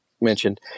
mentioned